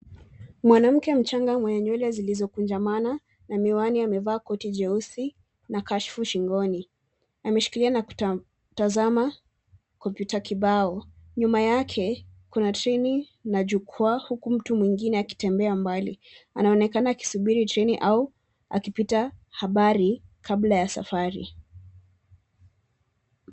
Mwanamke mchanga mwenye nywele zilizokunjamana na miwani amevaa koti jeusi na kashfu shingoni. Ameshikilia na kutazama kompyuta kibao. Nyuma yake kuna treni na jukwaa huku mtu mwingine akitembea mbali. Anaonekana akisubiri treni au akipita habari kabla ya safari.